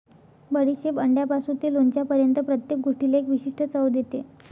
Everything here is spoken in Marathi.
बडीशेप अंड्यापासून ते लोणच्यापर्यंत प्रत्येक गोष्टीला एक विशिष्ट चव देते